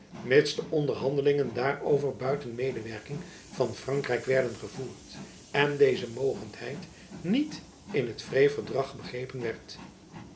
mids de onderhandelingen daarover buiten medewerking van frankrijk werden gevoerd en deze mogendheid niet in het vreêverdrag begrepen werd